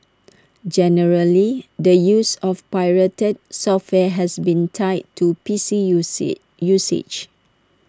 generally the use of pirated software has been tied to P C U C usage